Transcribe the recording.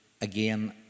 again